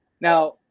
now